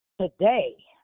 today